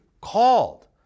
Called